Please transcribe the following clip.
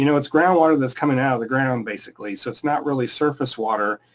you know it's ground water that's coming out of the ground basically, so it's not really surface water,